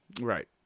Right